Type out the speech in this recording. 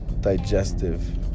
digestive